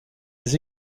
des